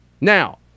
now